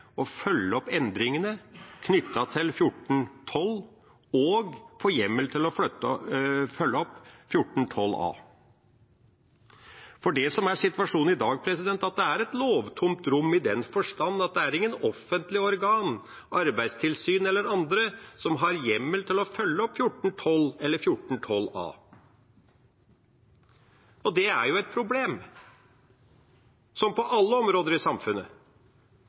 å følge opp endringene knyttet til §14-12 og få hjemmel til å følge opp §14-12 a. Situasjonen i dag er at det er «et lovtomt rom» i den forstand at det er ikke noe offentlig organ, arbeidstilsyn eller andre som har hjemmel til å følge opp §§ 14-12 eller 14-12 a. Det er et problem, som på alle områder i samfunnet,